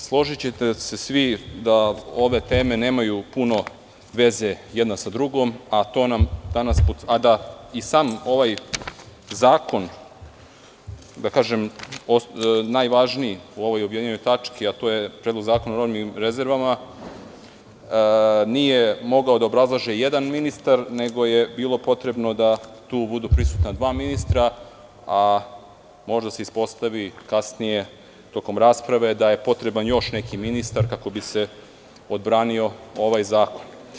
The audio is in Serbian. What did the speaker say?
Složićete se svi da ove teme nemaju puno veze jedna sa drugom, a i sam ovaj zakon, najvažniji u ovoj objedinjenoj tački, a to je Predlog zakona o robnim rezervama, nije mogao da obrazlaže jedan ministar nego je bilo potrebno da tu budu prisutna dva ministra, a možda se ispostavi kasnije tokom rasprave da je potreban još neki ministar kako bi se odbranio ovaj zakon.